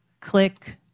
click